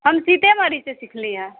हम सीतेमढ़ीसँ सीखली हे